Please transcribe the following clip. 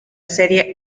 serie